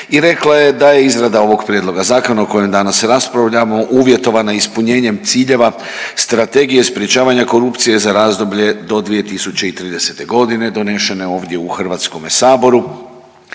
i rekla je da je izrada ovog prijedloga zakona o kojem danas raspravljamo uvjetovana ispunjenjem ciljeva Strategije sprječavanja korupcije za razdoblje do 2030.g. donešene ovdje u HS-u, pri